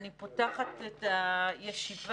אני פותחת את הישיבה,